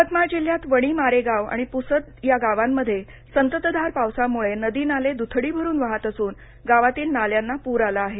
यवतमाळ जिल्ह्यात वणी मारेगाव आणि पुसदच्या गावांमध्ये संततधार पावसाम्ळे नदी नाले द्रथडी भरून वाहत असून गावातील नाल्यांना पूर आला आहे